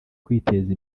kwiteza